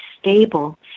stable